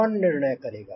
कौन निर्णय करेगा